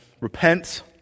Repent